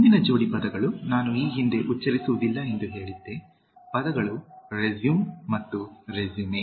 ಮುಂದಿನ ಜೋಡಿ ಪದಗಳು ನಾನು ಈ ಹಿಂದೆ ಉಚ್ಚರಿಸುವುದಿಲ್ಲ ಎಂದು ಹೇಳಿದೆ ಪದಗಳು ರೆಸ್ಯುಮ್ ಮತ್ತು ರೆಸ್ಯುಮೇ